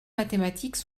mathématiques